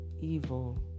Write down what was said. evil